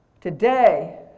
Today